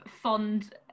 fond